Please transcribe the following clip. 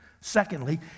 Secondly